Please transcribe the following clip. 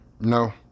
No